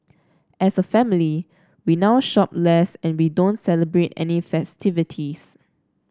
as a family we now shop less and we don't celebrate any festivities